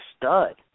stud